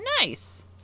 Nice